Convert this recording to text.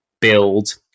build